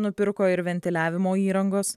nupirko ir ventiliavimo įrangos